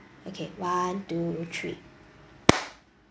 okay one two three